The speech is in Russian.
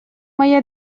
моя